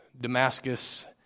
Damascus